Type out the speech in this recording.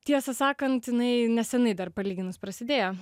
tiesą sakant jinai nesenai dar palyginus prasidėjo